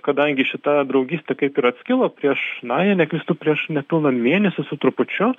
kadangi šita draugystė kaip ir atskilo prieš na jei neklystu prieš nepilną mėnesį su trupučiu